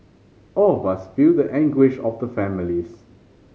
all of us feel the anguish of the families